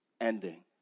ending